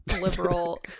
liberal